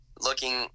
looking